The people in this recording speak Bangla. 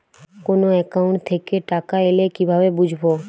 কোন একাউন্ট থেকে টাকা এল কিভাবে বুঝব?